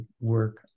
work